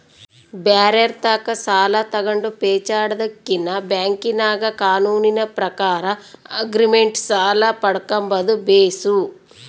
ಬ್ಯಾರೆರ್ ತಾಕ ಸಾಲ ತಗಂಡು ಪೇಚಾಡದಕಿನ್ನ ಬ್ಯಾಂಕಿನಾಗ ಕಾನೂನಿನ ಪ್ರಕಾರ ಆಗ್ರಿಮೆಂಟ್ ಸಾಲ ಪಡ್ಕಂಬದು ಬೇಸು